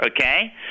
okay